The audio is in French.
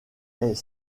est